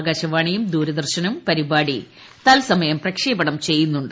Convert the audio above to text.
ആകാശവാണിയും ദൂരദർശനും പരിപാടി തൽസമയം പ്രക്ഷേപണം ചെയ്യുന്നുണ്ട്